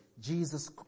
Jesus